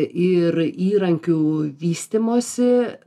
ir įrankių vystymosi